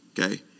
Okay